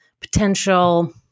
potential